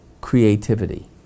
creativity